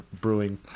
Brewing